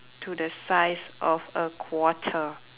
to the size of a quarter